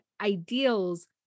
ideals